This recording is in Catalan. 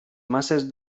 masses